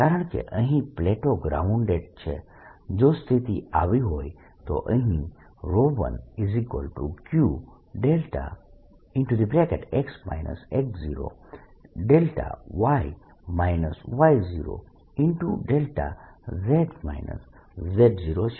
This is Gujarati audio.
કારણકે અહીં પ્લેટો ગ્રાઉન્ડેડ છે જો સ્થિતિ આવી હોય તો અહીં 1Q y - y0 z - z0 છે